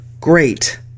great